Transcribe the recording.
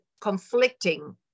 conflicting